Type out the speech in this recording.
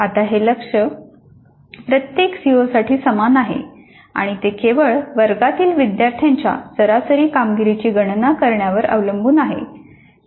आता हे लक्ष्य प्रत्येक सीओसाठी समान आहे आणि ते केवळ वर्गातील विद्यार्थ्यांच्या सरासरी कामगिरीची गणना करण्यावर अवलंबून आहे